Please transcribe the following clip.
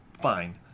fine